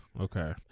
okay